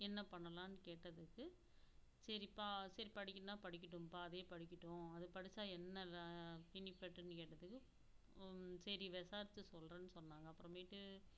என்ன பண்ணலான்னு கேட்டதுக்கு சரிப்பா சரி படிக்கணும்னா படிக்கட்டும்பா அதே படிக்கட்டும் அது படித்தா என்ன பெனிஃபிட்டுனு கேட்டதுக்கு சரி விசாரிச்சு சொல்றேன்னு சொன்னாங்க அப்புறமேட்டு